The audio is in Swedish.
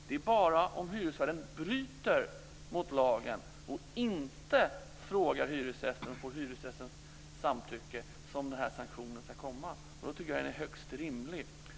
Det är bara om hyresvärden inte får hyresgästens samtycke och bryter mot lagen som denna sanktion ska vidtas. Det tycker jag är helt rimligt.